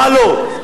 מה לא?